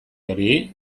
hori